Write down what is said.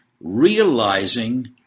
realizing